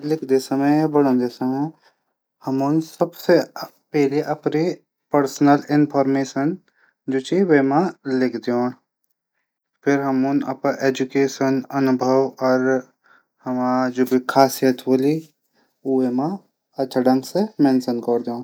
रेज्यूमे लिखद समय हमन सबसे पैली अपड परसनल इन्फोर्मेशन लिख देण फिर हमन अपडी एजूकेशन अनुभव हमरी जु भी खासियत छन ऊ हमन अछा ढंग से मेंसन कन।